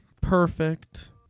Perfect